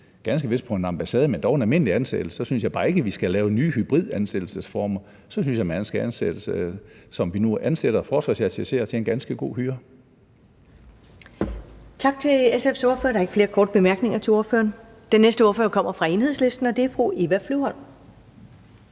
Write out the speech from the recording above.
ganske vist på en ambassade, men dog en almindelig ansættelse – så skal vi ikke lave nye hybridansættelsesformer; så synes jeg, man skal ansættes, som vi nu ansætter forsvarsattachéer til en ganske god hyre.